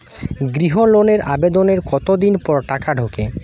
গৃহ লোনের আবেদনের কতদিন পর টাকা ঢোকে?